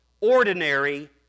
ordinary